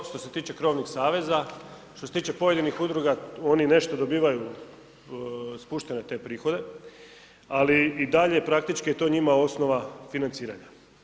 Da, što se tiče krovnih saveza, što se tiče pojedinih udruga oni nešto dobivaju spuštene te prihode, ali i dalje praktički je to njima osnova financiranja.